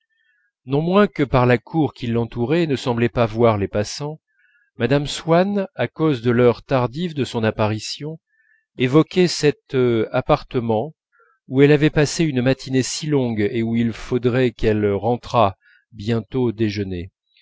non moins que par la cour qui l'entourait et ne semblait pas voir les passants mme swann à cause de l'heure tardive de son apparition évoquait cet appartement où elle avait passé une matinée si longue et où il faudrait qu'elle rentrât bientôt déjeuner